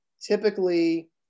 Typically